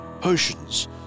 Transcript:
potions